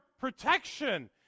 protection